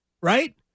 Right